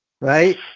right